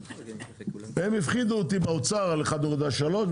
הם הפחידו אותי באוצר על 1.3,